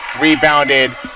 rebounded